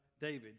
David